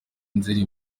nzeri